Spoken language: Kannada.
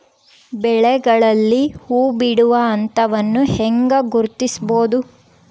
ಬೆಳೆಗಳಲ್ಲಿ ಹೂಬಿಡುವ ಹಂತವನ್ನು ಹೆಂಗ ಗುರ್ತಿಸಬೊದು?